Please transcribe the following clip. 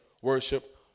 Worship